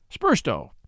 Spursto